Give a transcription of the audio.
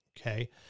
Okay